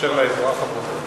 מאשר לאזרח הפשוט.